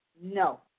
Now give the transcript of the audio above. no